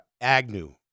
Agnew